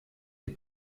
les